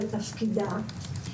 לתפקידה,